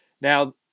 now